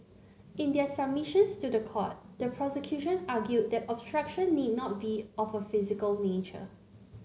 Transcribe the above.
in their submissions to the court the prosecution argued that obstruction need not be of a physical nature